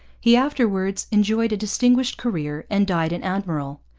he afterwards enjoyed a distinguished career and died an admiral.